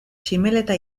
tximeleta